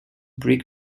brick